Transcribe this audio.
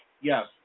Yes